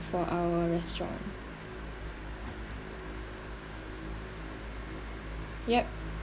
for our restaurant yup